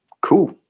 cool